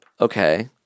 Okay